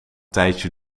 tijdje